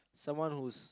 someone who's